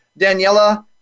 Daniela